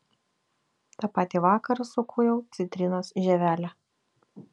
tą patį vakarą sukūriau citrinos žievelę